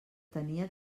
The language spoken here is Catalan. tenia